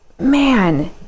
man